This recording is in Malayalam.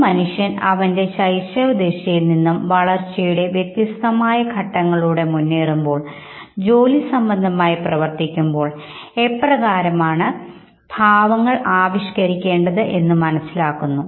ഒരു മനുഷ്യൻ അവൻറെ ശൈശവദശയിൽ നിന്നും വളർച്ചയുടെ വ്യത്യസ്തമായ ഘട്ടങ്ങളിലൂടെ മുന്നേറുമ്പോൾ ജോലിസംബന്ധമായി പ്രവർത്തിക്കുമ്പോൾ എപ്രകാരമാണ് ഭാവങ്ങൾ ആവിഷ്കരിക്കേണ്ടത് എന്ന് അവർ മനസ്സിലാക്കുന്നു